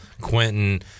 Quentin